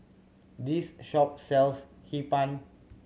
this shop sells Hee Pan